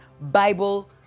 Bible